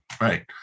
right